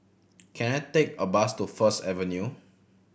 can I take a bus to First Avenue